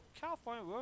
California